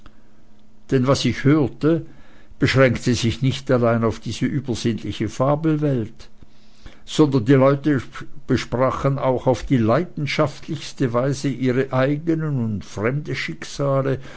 denn was ich hörte beschränkte sich nicht allein auf diese übersinnliche fabelwelt sondern die leute besprachen auch auf die leidenschaftlichste weise ihre eigenen und fremde schicksale